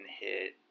hit